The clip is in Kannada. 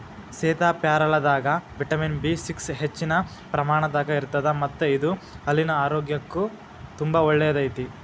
ಸೇತಾಪ್ಯಾರಲದಾಗ ವಿಟಮಿನ್ ಬಿ ಸಿಕ್ಸ್ ಹೆಚ್ಚಿನ ಪ್ರಮಾಣದಾಗ ಇರತ್ತದ ಮತ್ತ ಇದು ಹಲ್ಲಿನ ಆರೋಗ್ಯಕ್ಕು ತುಂಬಾ ಒಳ್ಳೆಯದೈತಿ